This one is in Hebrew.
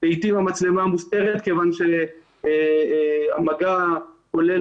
לעתים המצלמה מוסתרת כיוון שהמגע כולל